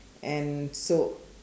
and so